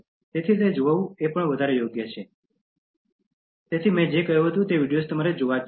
તેથી તે જોવા યોગ્ય છે તેથી જ મેં કહ્યું હતું કે તે વિડિઓઝ જોવા જ જોઇએ